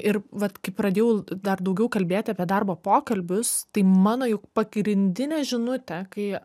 ir vat kai pradėjau dar daugiau kalbėti apie darbo pokalbius tai mano jau pagrindinė žinutė kai